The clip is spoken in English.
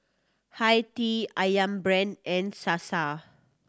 Hi Tea Ayam Brand and Sasa